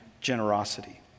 generosity